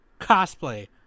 cosplay